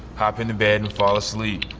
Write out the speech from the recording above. hop into bed and fall asleep,